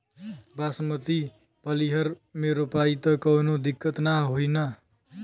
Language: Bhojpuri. बासमती पलिहर में रोपाई त कवनो दिक्कत ना होई न?